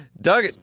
Doug